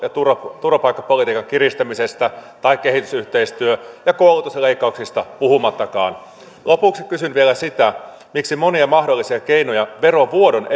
ja turvapaikkapolitiikan kiristämisestä tai kehitysyhteistyö ja koulutusleikkauksista puhumattakaan lopuksi kysyn vielä sitä miksi monia mahdollisia keinoja verovuodon